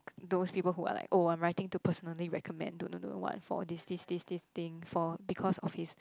those people who are like oh I am writing to personally recommend don't know know what for these these these these things for because of his